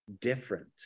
different